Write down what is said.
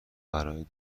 برای